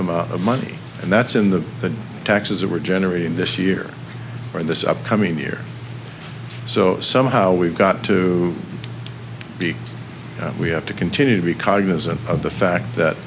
amount of money and that's in the taxes that we're generating this year or this upcoming year so somehow we've got to be we have to continue to be cognizant of the fact that